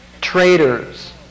Traitors